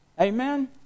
Amen